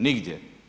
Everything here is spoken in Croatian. Nigdje.